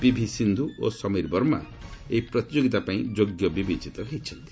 PV Sindhu ଓ ସମୀର ବର୍ମା ଏହି ପ୍ରତିଯୋଗୀତା ପାଇଁ ଯୋଗ୍ୟ ବିବେଚିତ ହୋଇଛନ୍ତି